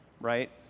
right